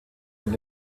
und